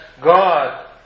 God